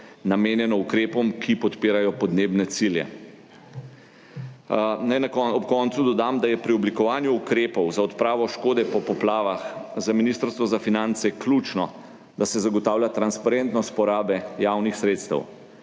namenjenih ukrepom, ki podpirajo podnebne cilje. Naj ob koncu dodam, da je pri oblikovanju ukrepov za odpravo škode po poplavah za Ministrstvo za finance ključno, da se zagotavlja transparentnost porabe javnih sredstev.